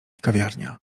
kawiarnia